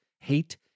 Hate